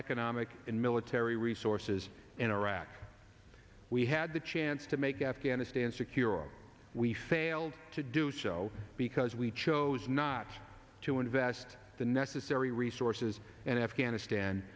economic and military resources in iraq we had the chance to make afghanistan secure and we failed to do so because we chose not to invest the necessary resources and afghanistan